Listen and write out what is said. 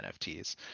nfts